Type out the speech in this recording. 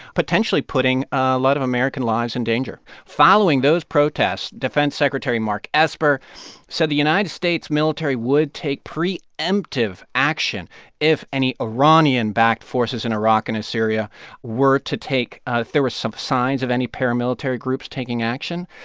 potentially putting a lot of american lives in danger. following those protests, defense secretary mark esper said the united states military would take preemptive action if any iranian-backed forces in iraq and in syria were to take ah if there were some signs of any paramilitary groups taking action.